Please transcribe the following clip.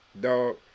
dog